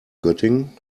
göttingen